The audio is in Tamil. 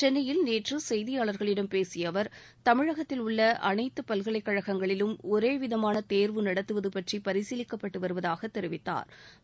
சென்னையில் நேற்று செய்தியாளர்களிடம் பேசிய அவர் தமிழகத்தில் உள்ள அனைத்து பல்கலைக்கழகங்களிலும் ஒரே விதமான தேர்வு நடத்துவது பற்றி பரிசீலிக்கப்பட்டு வருவதாகத் தெரிவித்தாா்